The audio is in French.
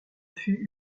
fut